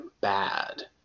bad